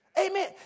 amen